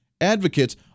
advocates